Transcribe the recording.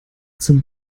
zum